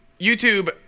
YouTube